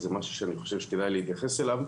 וזה משהו שאני חושב שכדאי להתייחס אליו,